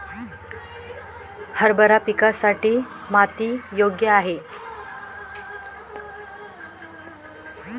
हरभरा पिकासाठी कोणती माती योग्य आहे?